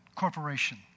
corporation